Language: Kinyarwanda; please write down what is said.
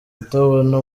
kutabona